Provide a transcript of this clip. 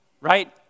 right